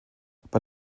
bei